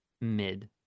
mid